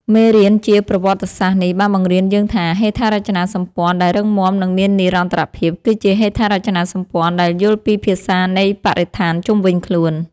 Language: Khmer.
មេរៀនជាប្រវត្តិសាស្ត្រនេះបានបង្រៀនយើងថា ហេដ្ឋារចនាសម្ព័ន្ធដែលរឹងមាំ និងមាននិរន្តរភាព គឺជាហេដ្ឋារចនាសម្ព័ន្ធដែលយល់ពីភាសានៃបរិស្ថានជុំវិញខ្លួន។